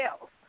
else